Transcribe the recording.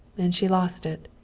and she lost it.